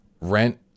Rent